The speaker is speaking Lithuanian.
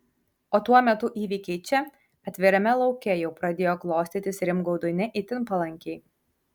o tuo metu įvykiai čia atvirame lauke jau pradėjo klostytis rimgaudui ne itin palankiai